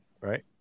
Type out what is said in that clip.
right